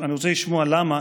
אני רוצה לשמוע למה.